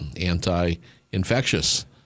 anti-infectious